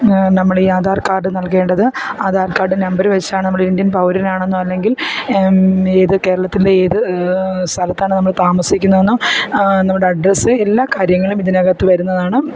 നമ്മളീ ആധാർ കാഡ് നൽകേണ്ടത് Aadhaar card number വെച്ചാണ് നമ്മളിന്ത്യൻ പൗരനാണെന്നോ അല്ലെങ്കിൽ ഇതു കേരളത്തിൻ്റെ ഏത് സ്ഥലത്താണ് നമ്മൾ താമസിക്കുന്നതെന്നും നമ്മുടെ അഡ്രസ്സ് എല്ലാ കാര്യങ്ങളും ഇതിനകത്ത് വരുന്നതാണ്